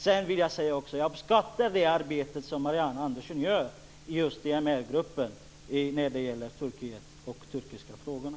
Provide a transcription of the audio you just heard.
Jag vill också säga att jag uppskattar det arbete som Marianne Andersson gör i gruppen om Turkiet och de turkiska frågorna.